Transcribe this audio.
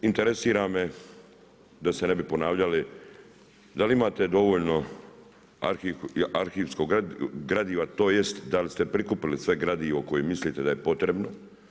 Interesira me, da se ne bi ponavljali, da li imate dovoljno, arhivskog gradiva, tj. da li ste prikupilo svo gradivo koje mislite da je potrebno?